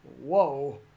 Whoa